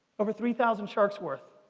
over three thousand sharks' worth.